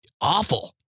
awful